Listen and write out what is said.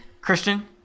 Christian